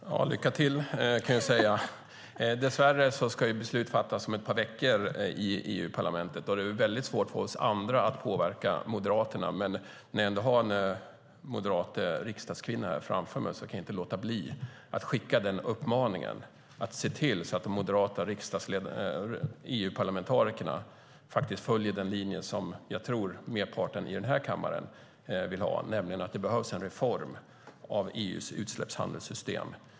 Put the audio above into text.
Fru talman! Lycka till, kan jag säga till Cecilie Tenfjord-Toftby. Dess värre ska beslut fattas om ett par veckor i EU-parlamentet. Det är väldigt svårt för oss andra att påverka Moderaterna, men när jag ändå har en moderat riksdagskvinna framför mig kan jag inte låta bli att skicka uppmaningen att se till att de moderata EU-parlamentarikerna följer den linje som jag tror att merparten i den här kammaren vill ha, nämligen att det behövs en reform av EU:s utsläppshandelssystem.